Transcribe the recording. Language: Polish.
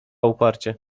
uparcie